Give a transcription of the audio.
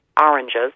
oranges